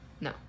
No